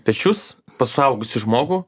pečius pas suaugusį žmogų